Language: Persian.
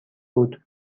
بود